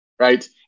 Right